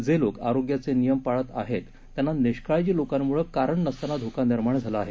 जे लोक आरोग्याचे नियम पाळत आहेत त्यांना निष्काळजी लोकांमुळे कारण नसतांना धोका निर्माण झाला आहे